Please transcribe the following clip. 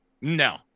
No